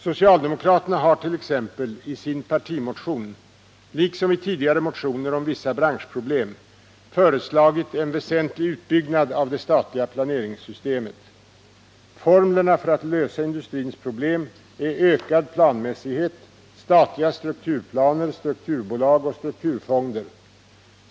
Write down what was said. Socialdemokraterna har t.ex. i sin partimotion, liksom i tidigare motioner om vissa branschproblem, föreslagit en väsentlig utbyggnad av det statliga planeringssystemet. Formlerna för att lösa industrins problem är ökad planmässighet, statliga strukturplaner, strukturbolag och strukturfonder.